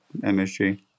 MSG